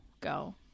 go